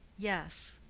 yes.